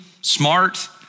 smart